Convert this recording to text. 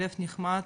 הלב נחמץ.